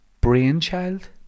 Brainchild